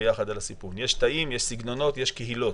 יש קהילות,